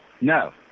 No